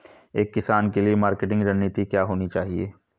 एक किसान के लिए मार्केटिंग रणनीति क्या होनी चाहिए?